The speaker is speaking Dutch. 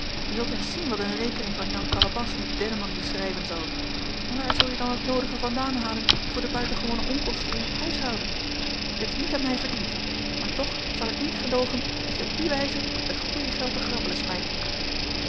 je zult eens zien wat een rekening van jan kalebas die denneman je schrijven zal en waar zulje dan het noodige vandaan halen voor de buitengewone onkosten in t huishouden je hebt het niet aan mij verdiend maar toch zal ik niet gedoogen dat je op die wijze het goeje geld te grabbelen smijt